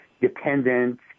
dependent